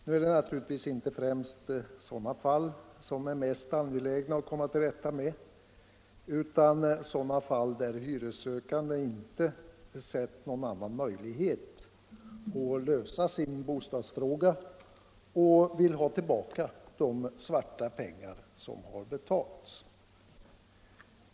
Det är naturligtvis inte främst sådana fall som är mest angelägna att komma till rätta med utan sådana där hyressökande inte sett någon annan möjlighet att lösa sin bostadsfråga än att betala svarta pengar och vill ha tillbaka de pengar som han har betalat.